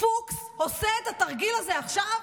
פוקס עושה את התרגיל הזה עכשיו.